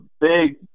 big